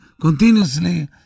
continuously